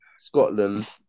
Scotland